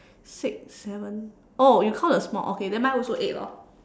six seven oh you count the small okay then mine also eight lor